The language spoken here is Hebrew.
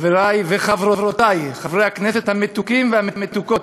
חברי וחברותי חברי הכנסת המתוקים והמתוקות,